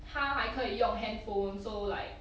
他还可以用 handphone so like